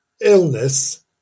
illness